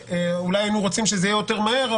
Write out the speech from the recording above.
וגם אם היינו רוצים שזה יהיה יותר מהר,